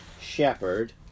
shepherd